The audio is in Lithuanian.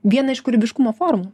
viena iš kūrybiškumo formų